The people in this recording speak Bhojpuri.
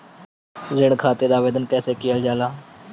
ऋण खातिर आवेदन कैसे कयील जाला?